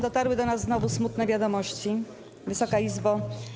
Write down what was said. Dotarły do nas znowu smutne wiadomości, Wysoka Izbo.